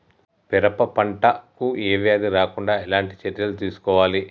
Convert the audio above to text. పెరప పంట కు ఏ వ్యాధి రాకుండా ఎలాంటి చర్యలు తీసుకోవాలి?